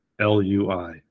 l-u-i